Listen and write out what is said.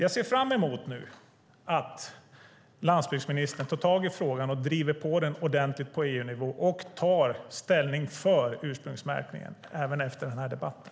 Jag ser fram emot att landsbygdsministern tar tag i frågan och driver på den ordentligt på EU-nivå och tar ställning för ursprungsmärkning - även efter den här debatten.